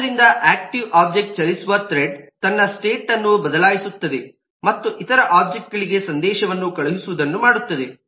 ಆದ್ದರಿಂದ active object ಚಲಿಸುವ thread ತನ್ನ ಸ್ಟೇಟ್ಅನ್ನು ಬದಲಾಯಿಸುತ್ತದೆ ಮತ್ತು ಇತರ ಒಬ್ಜೆಕ್ಟ್ಗಳಿಗೆ ಸಂದೇಶವನ್ನು ಕಳುಹಿಸುವುದನ್ನು ಮಾಡುತ್ತದೆ